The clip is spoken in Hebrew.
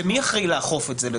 ומי יהיה אחראי לאכוף את זה?